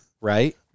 right